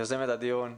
יוזמת הדיון,